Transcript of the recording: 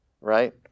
right